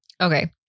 okay